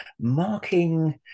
marking